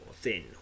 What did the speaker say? thin